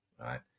right